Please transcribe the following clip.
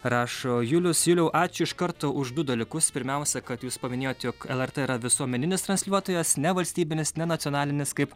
rašo julius juliau ačiū iš karto už du dalykus pirmiausia kad jūs paminėjote jog lrt yra visuomeninis transliuotojas nevalstybinis ne nacionalinis kaip